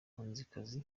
yatangaje